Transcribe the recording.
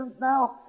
now